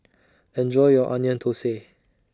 Enjoy your Onion Thosai